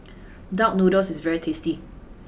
Duck Noodle is very tasty